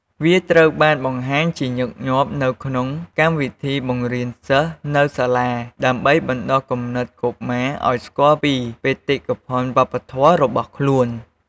វាត្រូវបានបង្ហាញជាញឹកញាប់នៅក្នុង កម្មវិធីបង្រៀនសិស្សនៅសាលា ដើម្បីបណ្ដុះគំនិតកុមារឲ្យស្គាល់ពីបេតិកភណ្ឌវប្បធម៌របស់ខ្លួន។